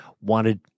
wanted